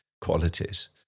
qualities